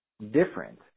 different